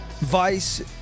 Vice